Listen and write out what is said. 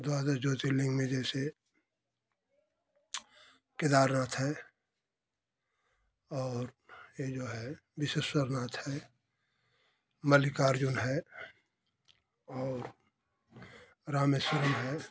द्वादश ज्योतिर्लिंग में जैसे केदारनाथ है और ये जो है विश्वेश्वरनाथ है मल्लिकार्जुन है और रामेश्वरम है